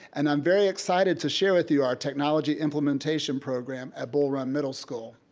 and i'm very excited to share with you our technology implementation program at bull run middle school.